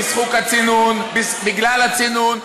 בגלל הצינון,